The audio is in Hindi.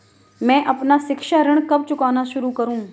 मैं अपना शिक्षा ऋण कब चुकाना शुरू करूँ?